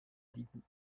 dégoût